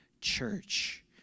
church